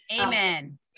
amen